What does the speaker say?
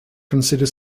consider